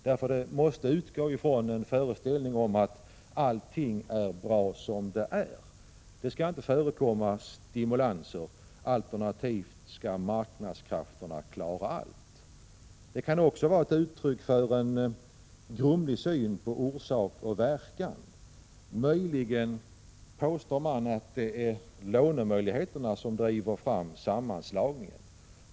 Man måste ju då utgå från föreställningen att det i alla avseenden är bra som det nu är. Det skall inte förekomma några stimulanser. Alternativt: marknadskrafterna skall klara allt. Men det kan också vara ett uttryck för en grumlig syn på detta med orsak och verkan. Möjligen vill man påstå att det är lånemöjligheterna som driver fram en sammanslagning.